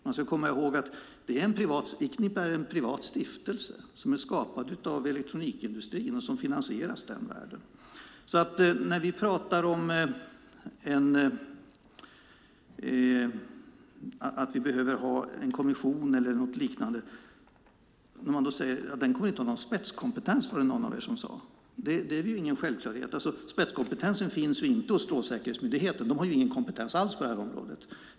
Man ska komma ihåg att Icnirp är en privat stiftelse som är skapad av elektronikindustrin och som finansieras den vägen. När vi talade om att vi behöver ha en kommission eller något liknande var det någon av er som sade att den inte kommer att ha någon spetskompetens. Det är ingen självklarhet. Spetskompetensen finns inte hos Strålsäkerhetsmyndigheten. De har ingen kompetens alls på detta område.